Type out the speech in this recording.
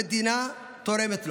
המדינה תורמת לו.